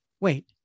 Wait